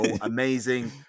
Amazing